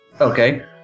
Okay